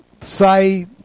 say